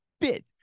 bit